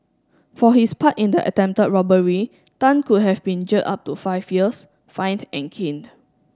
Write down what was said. for his part in the attempted robbery Tan could have been jailed up to five years fined and caned